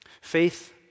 faith